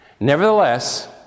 Nevertheless